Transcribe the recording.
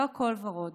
לא הכול בו ורוד